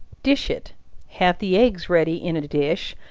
dish it have the eggs ready in a dish,